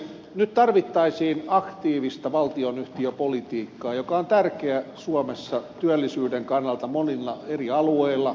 nyt tarvittaisiin aktiivista valtionyhtiönpolitiikkaa joka on tärkeää suomessa työllisyyden kannalta monilla eri alueilla